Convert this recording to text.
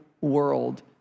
world